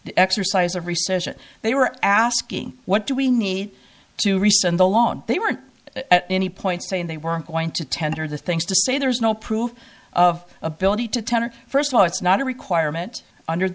the exercise of recession they were asking what do we need to rescind the lawn they weren't at any point saying they were going to tender the things to say there's no proof of ability to tender first of all it's not a requirement under